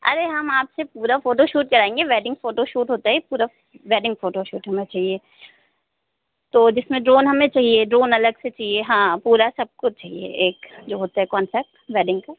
अरे हम आपसे पूरा फोटोशूट कराएंगे वेडिंग फोटोशूट होता है पूरी वेडिंग फोटोशूट होना चाहिए तो जिसमें ड्रोन हमें चाहिए ड्रोन अलग से चाहिए हाँ पूरा सब कुछ चाहिए एक जो होता है कौन सा वेडिंग का